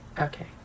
Okay